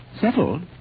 Settled